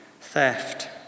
theft